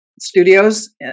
studios